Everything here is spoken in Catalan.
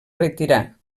retirà